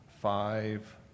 Five